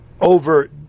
over